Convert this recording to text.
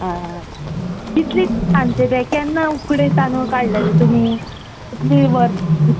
आं कितले सांचे ते केन्ना उकडे तांदूळ काडलेले तुमी कितली वर्स